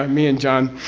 um me and john.